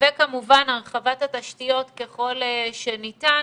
וכמובן הרחבת התשתיות ככל שניתן.